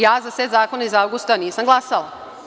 Ja za sve zakone iz avgusta nisam glasala.